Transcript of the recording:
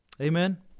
Amen